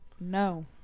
No